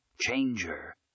changer